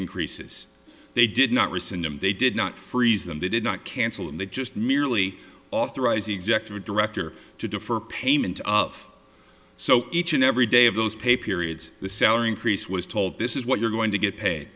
increase says they did not rescind them they did not freeze them they did not cancel and they just merely authorize the executive director to defer payment of so each and every day of those pay period the salary increase was told this is what you're going to get paid